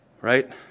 Right